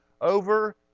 over